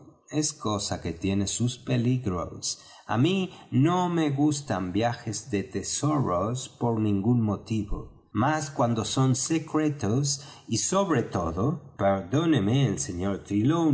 es cosa que tiene sus peligros á mí no me gustan viajes de tesoros por ningún motivo más cuando son secretos y sobre todo perdóneme el sr